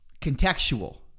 contextual